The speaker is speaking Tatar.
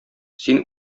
син